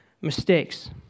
mistakes